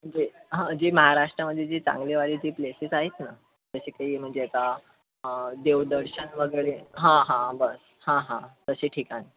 जे हं जे महाराष्ट्रामध्ये जे चांगलेवाले जे प्लेसेस आहेत ना तसे काही म्हणजे आता देवदर्शन वगैरे हा हा बस हा हा तसे ठिकाण